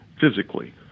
physically